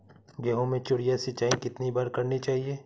गेहूँ में चिड़िया सिंचाई कितनी बार करनी चाहिए?